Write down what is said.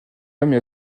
dédiée